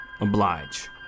Oblige